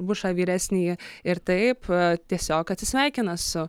bušą vyresnįjį ir taip tiesiog atsisveikina su